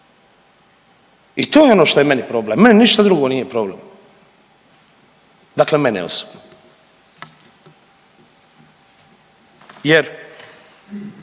i to je ono što je meni problem. Meni ništa drugo nije problem, dakle mene osobno, jer